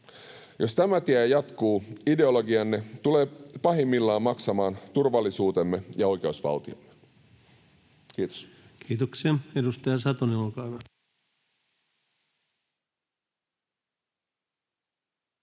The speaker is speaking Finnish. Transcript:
Jos tämä tie jatkuu, ideologianne tulee pahimmillaan maksamaan turvallisuutemme ja oikeusvaltiomme. — Kiitos. [Speech